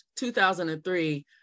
2003